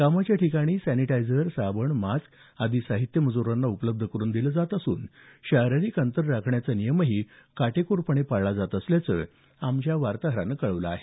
कामाच्या ठिकाणी सॅनिटायझर साबण मास्क आदी साहित्य मज्रांना उपलब्ध करुन दिलं असून शारिरीक अंतर राखण्याचा नियम काटेकोरपणे पाळला जात असल्याचं आमच्या वार्ताहरानं कळवलं आहे